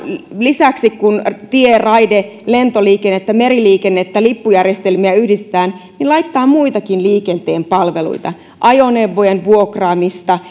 lisäksi kun tie raide lentoliikennettä meriliikennettä lippujärjestelmiä yhdistetään laittaa muitakin liikenteen palveluita ajoneuvojen vuokraamista